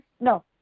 no